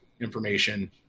information